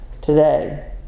today